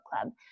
Club